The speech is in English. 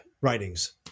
writings